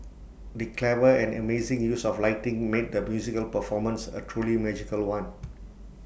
the clever and amazing use of lighting made the musical performance A truly magical one